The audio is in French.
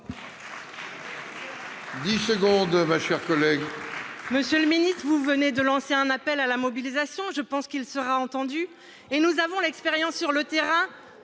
Monsieur le ministre, vous venez de lancer un appel à la mobilisation, je pense qu'il sera entendu ! Elle a raison ! Nous avons l'expérience sur le terrain